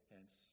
Hence